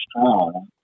strong